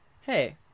hey